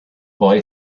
boy